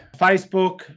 facebook